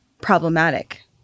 problematic